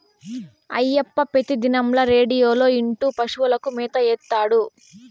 అయ్యప్ప పెతిదినంల రేడియోలో ఇంటూ పశువులకు మేత ఏత్తాడు